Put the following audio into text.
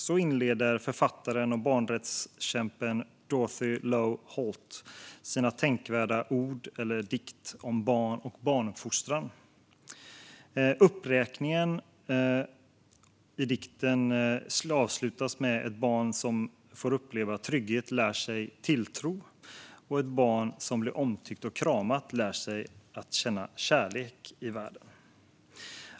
Så inleder författaren och barnrättskämpen Dorothy Low Holte sin dikt eller sina tänkvärda ord om barn och barnuppfostran. Uppräkningen avslutas med: "Ett barn som får uppleva trygghet lär sig tilltro" och "ett barn som blir omtyckt och kramat lär sig känna kärlek i världen."